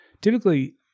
typically